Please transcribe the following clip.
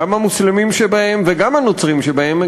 גם המוסלמים שבהם וגם הנוצרים שבהם,